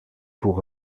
pour